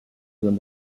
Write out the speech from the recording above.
them